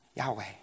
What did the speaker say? Yahweh